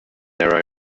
their